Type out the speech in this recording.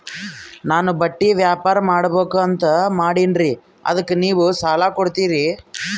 ನಾನು ಬಟ್ಟಿ ವ್ಯಾಪಾರ್ ಮಾಡಬಕು ಅಂತ ಮಾಡಿನ್ರಿ ಅದಕ್ಕ ನೀವು ಸಾಲ ಕೊಡ್ತೀರಿ?